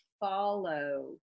Follow